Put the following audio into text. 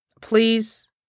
please